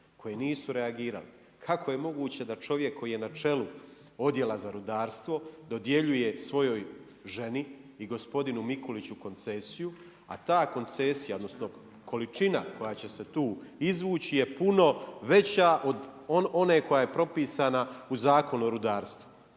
koje nisu reagirale. Kako je moguće da čovjek koji je na čelu Odjela za rudarstvo dodjeljuje svojoj ženi i gospodinu Mikuliću koncesiju, a ta koncesija odnosno količina koja će se tu izvući je puno veća od one koja je propisana u Zakonu o rudarstvu.